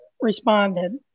responded